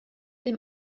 dem